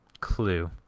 clue